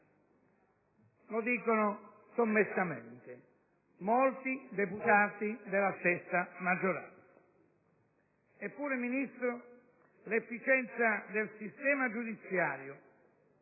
Lo dicono sommessamente molti parlamentari della stessa maggioranza. Eppure, Ministro, l'efficienza del sistema giudiziario